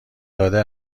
داده